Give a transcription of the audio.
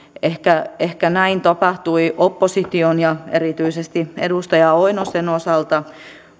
ehkä ehkä näin tapahtui opposition ja erityisesti edustaja oinosen osalta